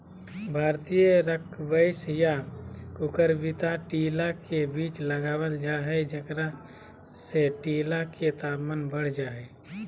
भारतीय स्क्वैश या कुकुरविता टीला के बीच लगावल जा हई, जेकरा से टीला के तापमान बढ़ जा हई